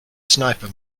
sniper